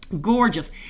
gorgeous